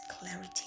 clarity